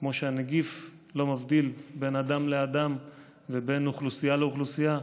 כמו שהנגיף לא מבדיל בין אדם לאדם ובין אוכלוסייה לאוכלוסייה,